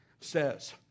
says